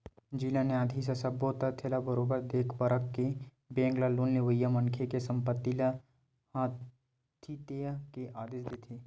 जिला न्यायधीस ह सब्बो तथ्य ल बरोबर देख परख के बेंक ल लोन लेवइया मनखे के संपत्ति ल हथितेये के आदेश देथे